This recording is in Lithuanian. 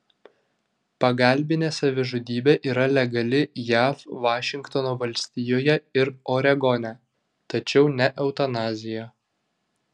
pagalbinė savižudybė yra legali jav vašingtono valstijoje ir oregone tačiau ne eutanazija